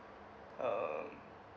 um